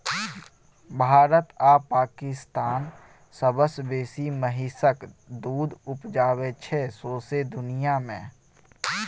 भारत आ पाकिस्तान सबसँ बेसी महिषक दुध उपजाबै छै सौंसे दुनियाँ मे